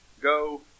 go